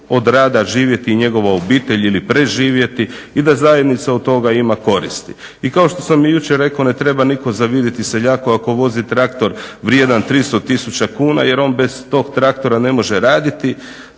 od rada živjeti i njegova obitelj ili preživjeti i da zajednica od toga ima koristi. I kao što sam i jučer rekao ne treba nitko zavidjeti seljaku ako vozi traktor vrijedan 300 tisuća kuna jer on bez tog traktora ne može raditi,